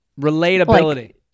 Relatability